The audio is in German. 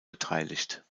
beteiligt